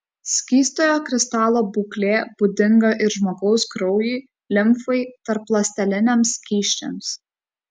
skystojo kristalo būklė būdinga ir žmogaus kraujui limfai tarpląsteliniams skysčiams